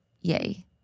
Yay